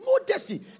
Modesty